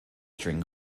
drink